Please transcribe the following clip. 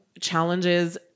challenges